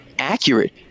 accurate